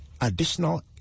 Additional